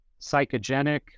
psychogenic